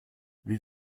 wie